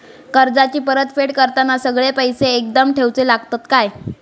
कर्जाची परत फेड करताना सगळे पैसे एकदम देवचे लागतत काय?